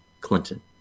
Clinton